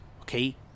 Okay